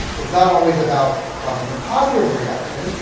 it's not always about causing a positive reaction.